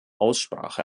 aussprache